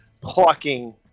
plucking